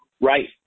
Right